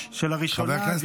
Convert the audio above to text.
שלראשונה דירוג,